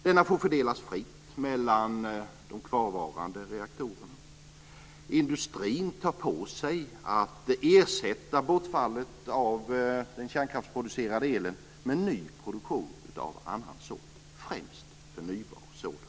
Denna får fördelas fritt mellan de kvarvarande reaktorerna. Industrin tar på sig att ersätta bortfallet av den kärnkraftsproducerade elen med en ny produktion av annan sort, främst förnybar sådan.